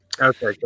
okay